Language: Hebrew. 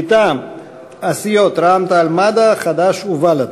מטעם הסיעות רע"ם-תע"ל-מד"ע, חד"ש ובל"ד.